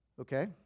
Okay